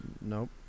Nope